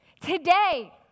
Today